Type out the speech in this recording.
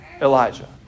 Elijah